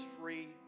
free